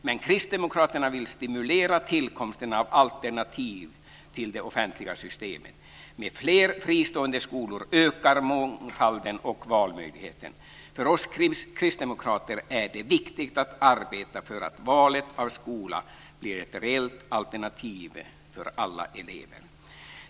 Men kristdemokraterna vill stimulera tillkomsten av alternativ till de offentliga systemen. Med fler fristående skolor ökar mångfalden och valmöjligheten. För oss kristdemokrater är det viktigt att arbeta för att valet av skola blir ett reellt alternativ för alla elever.